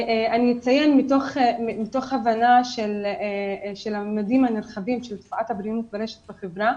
אני אציין מתוך הבנה של הממדים הנרחבים של תופעות הבריונות ברשת בחברה